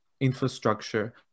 infrastructure